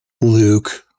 Luke-